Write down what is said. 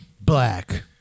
Black